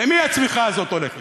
למי הצמיחה הזאת הולכת?